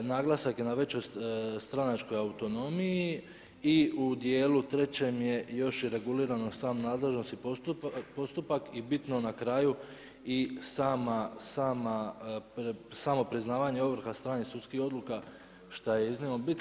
Naglasak je na većoj stranačkoj autonomiji i u dijelu trećem je još i regulirano sama nadležnost i postupak i bitno na kraju, i samo priznavanje ovrha stranih sudskih odluka što je iznimno bitno.